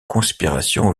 conspiration